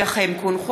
נגד?